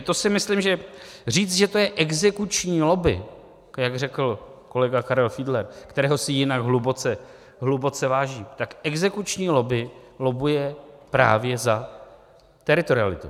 To si myslím, že říct, že to je exekuční lobby, jak řekl kolega Karel Fiedler, kterého si jinak hluboce vážím, tak exekuční lobby lobbuje právě za teritorialitu.